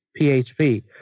PHP